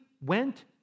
went